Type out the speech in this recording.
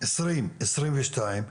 2022,